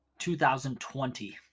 2020